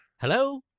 Hello